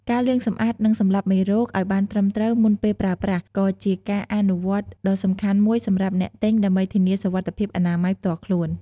ការលាងសម្អាត និងសម្លាប់មេរោគឱ្យបានត្រឹមត្រូវមុនពេលប្រើប្រាស់ ក៏ជាការអនុវត្តន៍ដ៏សំខាន់មួយសម្រាប់អ្នកទិញដើម្បីធានាសុវត្ថិភាពអនាម័យផ្ទាល់ខ្លួន។